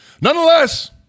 Nonetheless